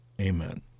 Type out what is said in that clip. Amen